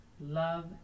Love